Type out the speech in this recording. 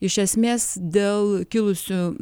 iš esmės dėl kilusių